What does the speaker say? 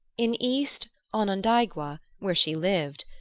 in east onondaigua, where she lived,